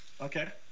Okay